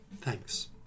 Thanks